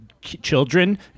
children